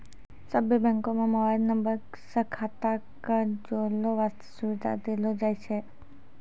सभ्भे बैंको म मोबाइल नम्बर से खाता क जोड़ै बास्ते सुविधा देलो जाय छै